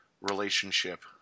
relationship